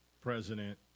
President